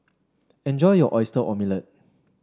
enjoy your Oyster Omelette